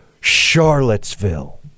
Charlottesville